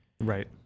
Right